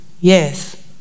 Yes